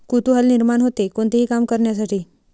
कुतूहल निर्माण होते, कोणतेही काम करण्यासाठी